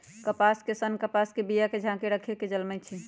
कपास के सन्न कपास के बिया के झाकेँ रक्खे से जलमइ छइ